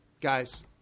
Guys